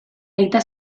aita